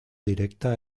directa